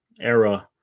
era